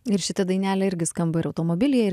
ir šita dainelė irgi skamba ir automobilyje ir